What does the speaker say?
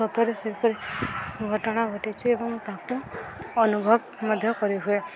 ସତରେ ସେପରି ଘଟଣା ଘଟିଛି ଏବଂ ତାକୁ ଅନୁଭବ ମଧ୍ୟ କରିହୁଏ